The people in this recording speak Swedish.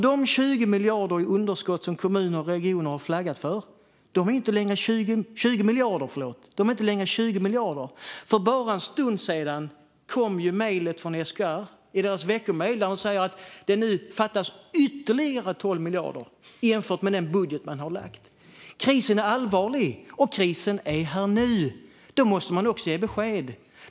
De 20 miljarder i underskott som kommuner och regioner har flaggat för är nämligen inte längre 20 miljarder. För bara en stund sedan kom veckomejlet från SKR, där de sa att det nu fattas ytterligare 12 miljarder jämfört med den budget som har lagts. Krisen är allvarlig, och den är här nu. Då måste man ge besked.